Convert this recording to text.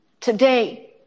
Today